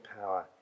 power